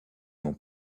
mon